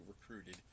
recruited